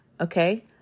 okay